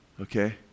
Okay